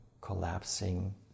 collapsing